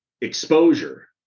exposure